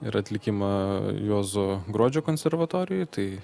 ir atlikimą juozo gruodžio konservatorijoj tai